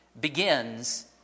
begins